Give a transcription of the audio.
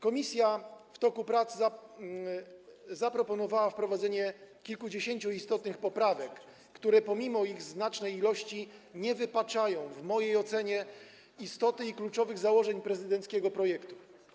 Komisja w toku prac zaproponowała wprowadzenie kilkudziesięciu istotnych poprawek, które pomimo ich znacznej ilości nie wypaczają w mojej ocenie istoty i kluczowych założeń prezydenckiego projektu.